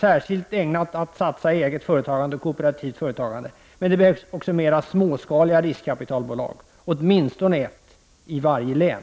särskilt ägnat att satsa i eget företagande, kooperativt företagande. Men det behövs också fler småskaliga riskkapitalbolag, åtminstone ett i varje län.